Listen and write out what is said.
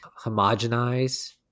homogenize